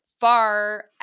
far